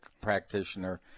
practitioner